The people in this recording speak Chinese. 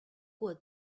过渡